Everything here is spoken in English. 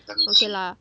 okay lah